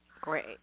Great